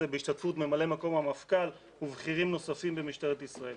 בהשתתפות ממלא מקום המפכ"ל ובכירים נוספים במשטרת ישראל,